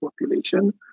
population